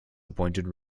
appointed